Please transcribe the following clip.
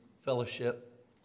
fellowship